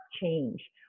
change